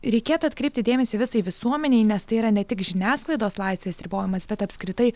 reikėtų atkreipti dėmesį visai visuomenei nes tai yra ne tik žiniasklaidos laisvės ribojimas bet apskritai